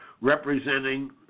representing